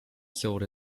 sold